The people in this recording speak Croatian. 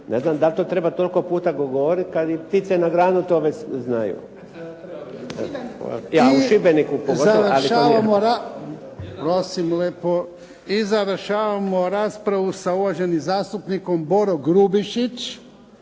Ne znam da li to treba toliko puta govoriti kad i ptice na grani to već znaju. **Jarnjak, Ivan (HDZ)** I završavamo raspravu sa uvaženim zastupnikom Borom Grubišić.